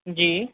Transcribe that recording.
जी